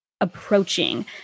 approaching